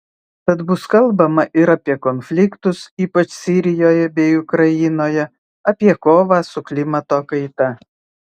tad bus kalbama ir apie konfliktus ypač sirijoje bei ukrainoje apie kovą su klimato kaita